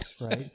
right